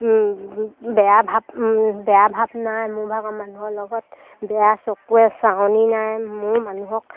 বেয়া ভাৱ বেয়া ভাৱ নাই মোৰ ভাগৰ মানুহৰ লগত বেয়া চকুৱে চাৱনি নাই মোৰ মানুহক